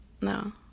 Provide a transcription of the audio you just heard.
No